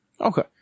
Okay